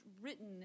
written